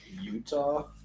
Utah